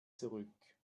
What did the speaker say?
zurück